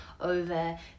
over